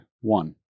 one